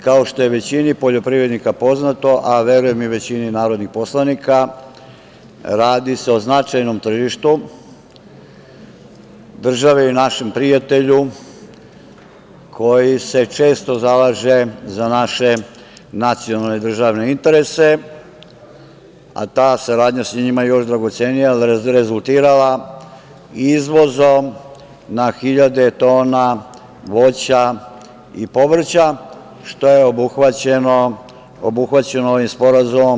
Kao što je većini poljoprivrednika poznato, a verujem i većini narodnih poslanika, radi se o značajnom tržištu, državi našem prijatelju koji se često zalaže za naše nacionalne državne interese, a ta saradnja sa njima je još dragocenija jer je rezultirala izvozom na hiljade tona voća i povrća, što je obuhvaćeno ovim sporazumom.